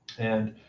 and